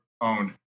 owned